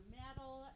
metal